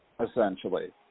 Essentially